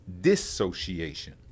dissociation